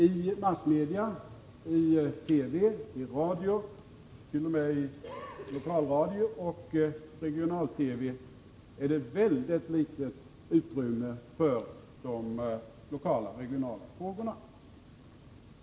I massmedia —- i TV, i radio och t.o.m. i lokalradio och regional-TV — ges det ett mycket litet utrymme för de lokala och regionala frågorna.